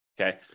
Okay